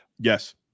Yes